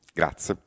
grazie